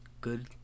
good